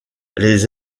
les